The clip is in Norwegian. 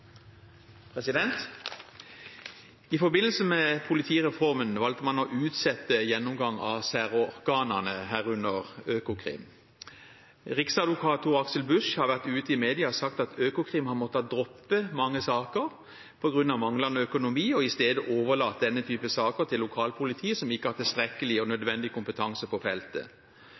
I forbindelse med politireformen valgte man å utsette en gjennomgang av særorganene, herunder Økokrim. Riksadvokat Tor-Aksel Busch har vært ute i media og sagt at Økokrim har måttet droppe mange saker på grunn av manglende økonomi og i stedet overlatt denne type saker til lokalpolitiet, som ikke har tilstrekkelig og nødvendig kompetanse på feltet.